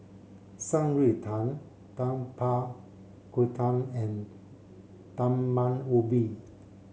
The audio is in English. Shan Rui Tang Tapak Kuda and Talam Ubi